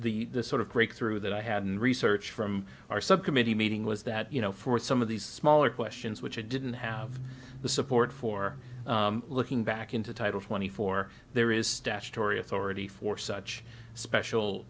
but the sort of breakthrough that i had in research from our subcommittee meeting was that you know for some of these smaller questions which you didn't have the support for looking back into title twenty four there is statutory authority for such special